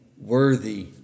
worthy